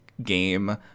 game